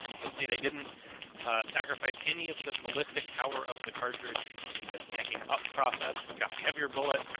you'll see they didn't sacrifice any of the ballistic power of the cartridge in this necking up process. it's got a heavier bullet,